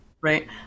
right